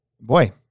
boy